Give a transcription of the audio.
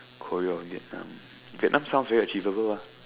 Korea or Vietnam Vietnam sounds very achievable